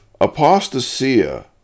apostasia